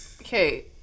okay